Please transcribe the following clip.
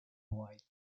white